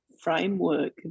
framework